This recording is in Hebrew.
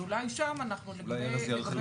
אז אולי שם --- אולי ארז ירחיב,